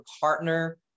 partner